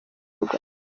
rwanda